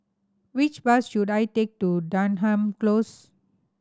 which bus should I take to Denham Close